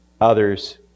others